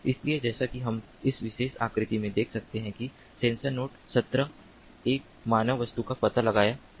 इसलिए जैसा कि हम इस विशेष आकृति में देख सकते हैं कि सेंसर नोड 17 एक मानव वस्तु का पता लगाता है